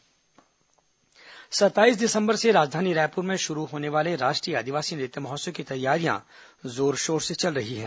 आदिवासी नृत्य महोत्सव सत्ताईस दिसंबर से राजधानी रायपुर में शुरू होने वाले राष्ट्रीय आदिवासी नृत्य महोत्सव की तैयारियां जोर शोर से चल रही हैं